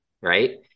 Right